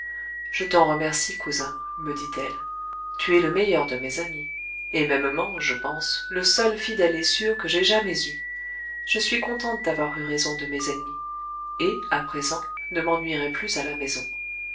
je t'en remercie cousin me dit-elle tu es le meilleur de mes amis et mêmement je pense le seul fidèle et sûr que j'aie jamais eu je suis contente d'avoir eu raison de mes ennemis et à présent ne m'ennuierai plus à la maison